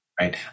right